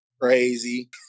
crazy